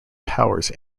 powers